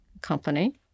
company